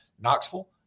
Knoxville